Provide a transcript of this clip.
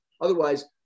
otherwise